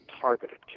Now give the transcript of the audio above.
targeted